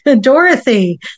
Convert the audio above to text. Dorothy